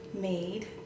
made